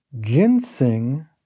ginseng